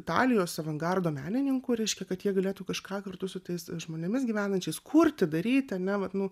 italijos avangardo menininkų reiškia kad jie galėtų kažką kartu su tais žmonėmis gyvenančiais kurti daryt ane vat nu